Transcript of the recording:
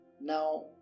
Now